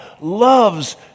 loves